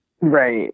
Right